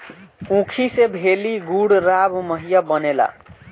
ऊखी से भेली, गुड़, राब, माहिया बनेला